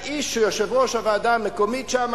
האיש הוא יושב-ראש הוועדה המקומית שם,